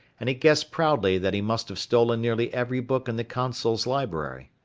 and he guessed proudly that he must have stolen nearly every book in the consul's library.